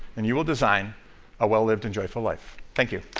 and you will design a well-lived and joyful life. thank you.